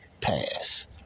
pass